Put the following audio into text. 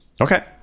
Okay